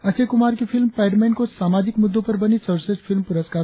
अक्षय कुमार की फिल्म पैडमेन को सामाजिक मुद्दों पर बनी सर्वश्रेष्ठ फिल्म पुरस्कार दिया गया